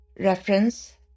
Reference